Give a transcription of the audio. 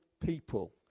people